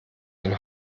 ein